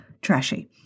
TRASHY